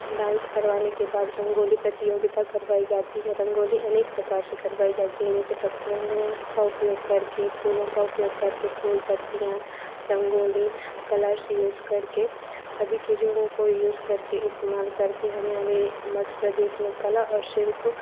dance करवाने के बाद रंगोली प्रतियोगिता करवाई जाती है रंगोली अनेक प्रकार से करवाई जाती है जैसे पत्थरों का उपयोग करके फूलों का उपयोग करके फूल पत्तियाँ रंगोली कलर्स यूज़ करके सभी चीज़ों को यूज़ करके इस्तेमाल करके हमें हमारे मध्य प्रदेश में कला और शिल्प